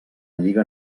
lliga